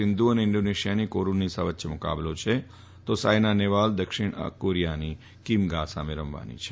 સિંધુ અને ઈન્ઠોનેશિયાની કોઉરૂન્નીસા વચ્ચે મુકાબલો છે તો સાથના નફેવાલ દક્ષિણ કોરિયાની કીમ ગા સામે રમવાની છે